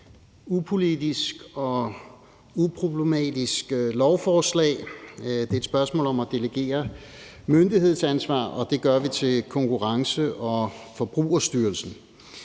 upolitisk og uproblematisk lovforslag. Det er et spørgsmål om at delegere myndighedsansvar, og det gør vi til Konkurrence- og Forbrugerstyrelsen.